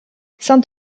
saint